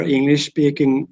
English-speaking